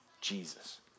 Jesus